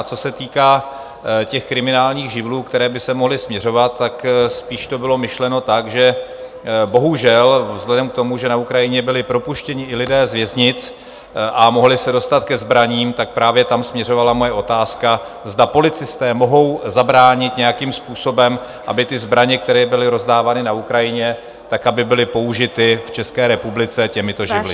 A co se týká těch kriminálních živlů, které by sem mohly směřovat, tak spíš to bylo myšleno tak, že bohužel vzhledem k tomu, že na Ukrajině byli propuštěni i lidé z věznic a mohli se dostat ke zbraním, tak právě tam směřovala moje otázka, zda policisté mohou zabránit nějakým způsobem, aby ty zbraně, které jim byly rozdávány na Ukrajině, tak aby byly použity v České republice těmito živly.